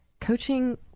coaching